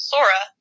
Sora